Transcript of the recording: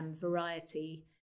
variety